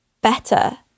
better